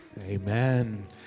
Amen